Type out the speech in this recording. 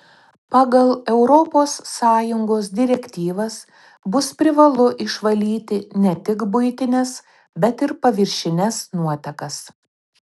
pagal europos sąjungos direktyvas bus privalu išvalyti ne tik buitines bet ir paviršines nuotekas